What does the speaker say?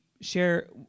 share